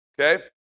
Okay